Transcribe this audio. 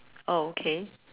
okay